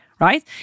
right